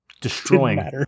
destroying